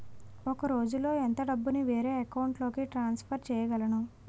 ఒక రోజులో ఎంత డబ్బుని వేరే అకౌంట్ లోకి ట్రాన్సఫర్ చేయగలను?